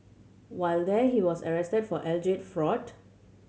while there he was arrested for alleged fraud